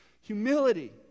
Humility